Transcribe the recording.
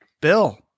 Bill